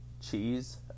cheese